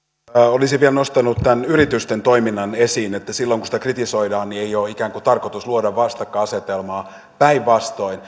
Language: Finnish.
olisin vielä nostanut tämän yritysten toiminnan esiin silloin kuin sitä kritisoidaan niin ei ole ikään kuin tarkoitus luoda vastakkainasetelmaa vaan päinvastoin